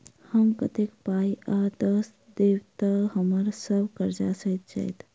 हम कतेक पाई आ दऽ देब तऽ हम्मर सब कर्जा सैध जाइत?